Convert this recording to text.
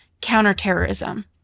counterterrorism